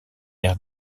ère